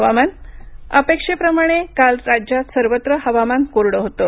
हवामान अपेक्षेप्रमाणे काल राज्यात सर्वत्र हवामान कोरडं होतं